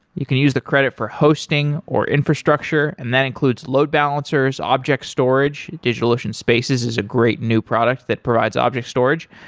you can use the credit for hosting, or infrastructure, and that includes load balancers, object storage. digitalocean spaces is a great new product that provides object storage,